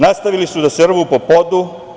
Nastavili su da se rvu po podu.